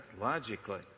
logically